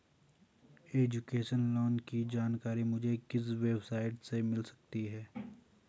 Education loan की जानकारी मुझे किस वेबसाइट से मिल सकती है?